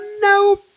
No